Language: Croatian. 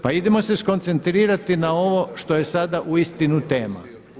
Pa idemo se skoncentrirati na ovo što je sada uistinu tema.